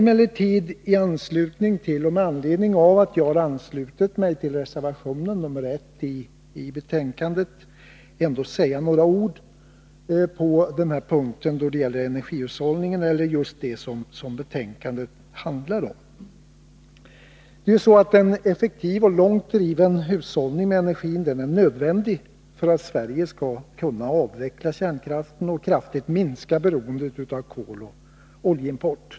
Med anledning av att jag har anslutit mig till reservationen nr 1i betänkandet vill jag ändå säga några ord om energihushållningen, just det som betänkandet handlar om. En effektiv och långt driven hushållning med energi är nödvändig för att Sverige skall kunna avveckla kärnkraften och kraftigt minska beroendet av koloch oljeimport.